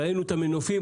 ראינו את המנופים,